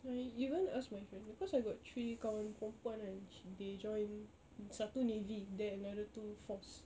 I even ask my friends because you got three kawan perempuan kan sh~ they join satu navy then another two force